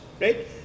Right